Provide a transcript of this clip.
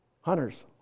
hunters